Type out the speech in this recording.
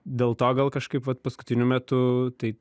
dėl to gal kažkaip vat paskutiniu metu tai